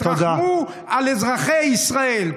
תרחמו על אזרחי ישראל.